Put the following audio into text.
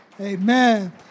Amen